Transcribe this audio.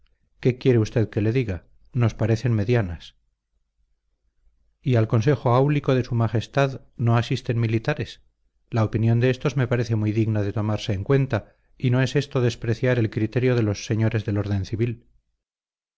qué quiere usted que le diga nos parecen medianas y al consejo áulico de su majestad no asisten militares la opinión de éstos me parece muy digna de tomarse en cuenta y no es esto despreciar el criterio de los señores del orden civil